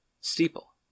steeple